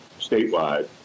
Statewide